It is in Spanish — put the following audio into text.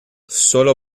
solo